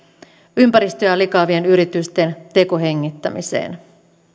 ympäristöä likaavien yritysten tekohengittämiseen